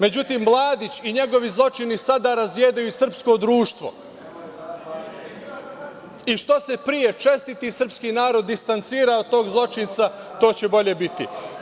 Međutim, Mladić i njegovi zločini sada razjedaju srpsko društvo i što se pre čestiti srpski narod distancira od tog zločinca, to će bolje biti.